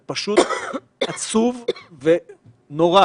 זה פשוט עצוב ונורא